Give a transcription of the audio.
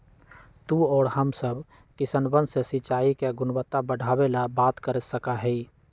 तू और हम सब किसनवन से सिंचाई के गुणवत्ता बढ़ावे ला बात कर सका ही